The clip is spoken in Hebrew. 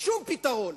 שום פתרון.